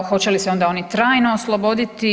Hoće li se onda oni trajno osloboditi?